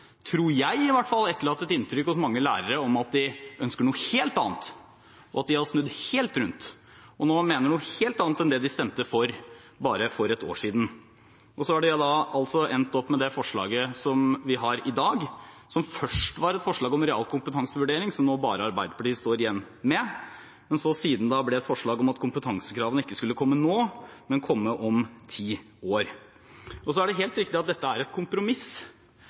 tror jeg i hvert fall – hos mange lærere av at de ønsker noe helt annet, og at de har snudd helt rundt, og nå mener noe helt annet enn det de stemte for bare for ett år siden. Og så har de altså endt opp med det forslaget vi har i dag, og som først var et forslag om realkompetansevurdering, som nå bare Arbeiderpartiet står igjen med, men som siden ble et forslag om at kompetansekravene ikke skulle komme nå, men komme om ti år. Så er det helt riktig at dette er et kompromiss.